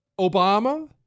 Obama